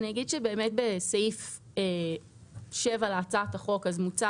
בסעיף 7 להצעת החוק מוצע